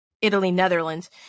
Italy-Netherlands